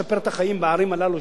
אגב,